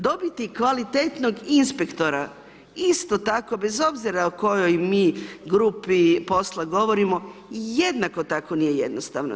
Dobiti kvalitetnog inspektora isto tako bez obzira o kojoj mi grupi posla govorimo jednako tako nije jednostavno.